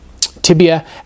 tibia